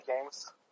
games